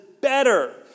better